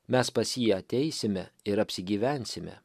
mes pas jį ateisime ir apsigyvensime